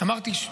אמרתי,